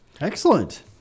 excellent